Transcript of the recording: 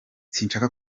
sinshaka